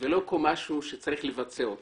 ולא כמשהו שצריך לבצע אותו.